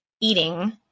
eating